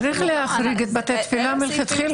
צריך להחריג את בתי התפילה מלכתחילה.